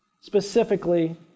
specifically